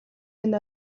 минь